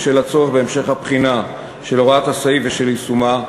ובשל הצורך בהמשך הבחינה של הוראת הסעיף ושל יישומה,